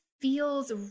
feels